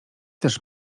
też